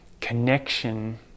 connection